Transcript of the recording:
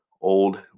old